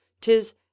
tis